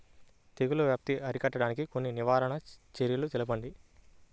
తెగుళ్ల వ్యాప్తి అరికట్టడానికి కొన్ని నివారణ చర్యలు తెలుపండి?